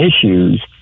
issues